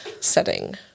setting